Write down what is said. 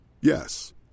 Yes